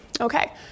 okay